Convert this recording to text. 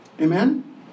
Amen